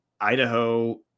Idaho